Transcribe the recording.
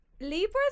Libras